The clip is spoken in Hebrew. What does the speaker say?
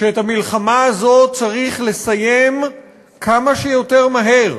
שאת המלחמה הזאת צריך לסיים כמה שיותר מהר,